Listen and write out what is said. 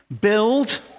build